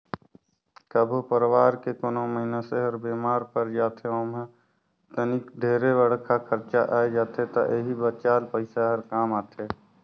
कभो परवार के कोनो मइनसे हर बेमार पर जाथे ओम्हे तनिक ढेरे बड़खा खरचा आये जाथे त एही बचाल पइसा हर काम आथे